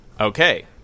Okay